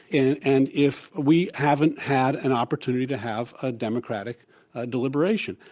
it, and if we haven't had an opportunity to have a democratic ah deliberation.